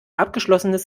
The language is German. abgeschlossenes